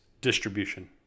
distribution